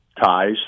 ties